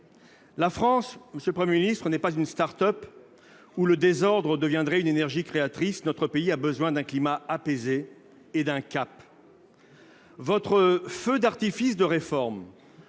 La France n'est pas une start-up où le désordre deviendrait une énergie créatrice. Notre pays a besoin d'un climat apaisé et d'un cap. Votre feu d'artifice de réformes